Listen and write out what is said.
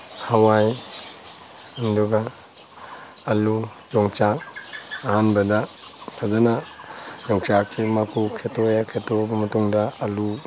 ꯍꯋꯥꯏ ꯑꯗꯨꯒ ꯑꯂꯨ ꯌꯣꯡꯆꯥꯛ ꯑꯍꯥꯟꯕꯗ ꯐꯖꯅ ꯌꯣꯡꯆꯥꯛꯁꯦ ꯃꯀꯨ ꯈꯦꯠꯇꯣꯛꯑꯦ ꯈꯦꯠꯇꯣꯛꯑꯕ ꯃꯇꯨꯡꯗ ꯑꯂꯨ